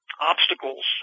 obstacles